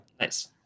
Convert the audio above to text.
Nice